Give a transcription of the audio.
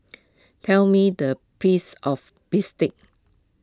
tell me the piece of Bistake